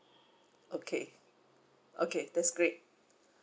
okay okay that's great